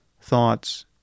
thoughts